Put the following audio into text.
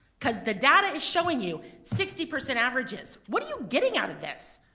cause the data is showing you sixty percent averages! what are you getting out of this?